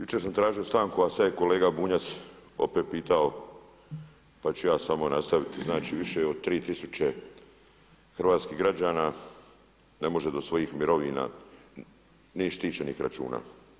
Jučer sam tražio stanku a sada je kolega Bunjac opet pitao pa ću ja samo nastaviti, znači više od 3 tisuće hrvatskih građana ne može do svojih mirovina ni štićenih računa.